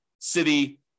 city